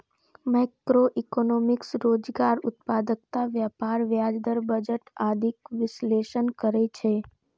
macroeconomics रोजगार, उत्पादकता, व्यापार, ब्याज दर, बजट आदिक विश्लेषण करै छै